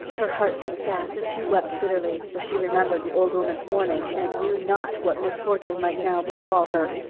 her heart beat fast and she wept bitterly, for she remembered the old woman's warning and knew not what misfortune might now befall her.